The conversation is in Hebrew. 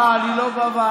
אה, אני לא בוועדה.